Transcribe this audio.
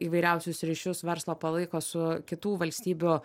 įvairiausius ryšius verslo palaiko su kitų valstybių